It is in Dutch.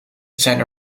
zijn